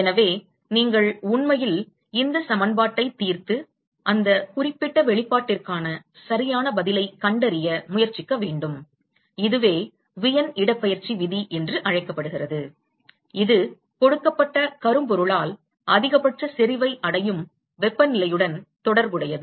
எனவே நீங்கள் உண்மையில் இந்த சமன்பாட்டைத் தீர்த்து அந்த குறிப்பிட்ட வெளிப்பாட்டிற்கான சரியான பதிலைக் கண்டறிய முயற்சிக்க வேண்டும் இதுவே வெயின் இடப்பெயர்ச்சி விதி Wein's displacement law என்று அழைக்கப்படுகிறது இது கொடுக்கப்பட்ட கரும்பொருளால் அதிகபட்ச செறிவை அடையும் வெப்பநிலையுடன் தொடர்புடையது